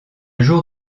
jour